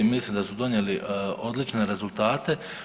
Mislim da su donijeli odlične rezultate.